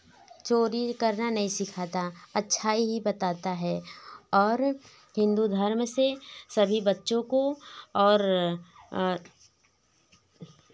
चोरी करना नहीं सिखाता अच्छाई ही बताता है और हिंदू धर्म से सभी बच्चों को और